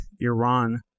Iran